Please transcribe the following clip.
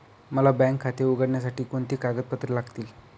मला बँक खाते उघडण्यासाठी कोणती कागदपत्रे लागतील?